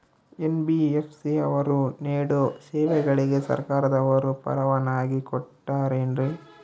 NBFC ಅವರು ನೇಡೋ ಸೇವೆಗಳಿಗೆ ಸರ್ಕಾರದವರು ಪರವಾನಗಿ ಕೊಟ್ಟಾರೇನ್ರಿ?